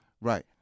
Right